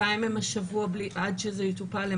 עד שזה יטופל,